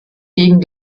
gegen